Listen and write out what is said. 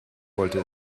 wollte